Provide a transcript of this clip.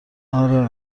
آره